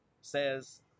says